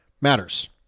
matters